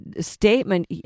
statement